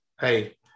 hey